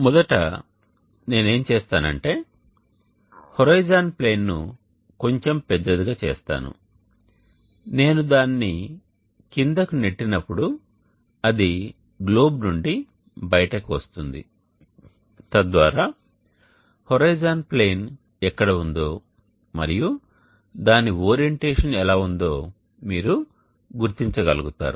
మొదట నేను ఏమి చేస్తాను అంటే హోరిజోన్ ప్లేన్ను కొంచెం పెద్దదిగా చేస్తాను నేను దానిని కిందకు నెట్టినప్పుడు అది గ్లోబ్ నుండి బయటకు వస్తుంది తద్వారా హోరిజోన్ ప్లేన్ ఎక్కడ ఉందో మరియు దాని ఓరియంటేషన్ ఎలా ఉందో మీరు గుర్తించగలుగుతారు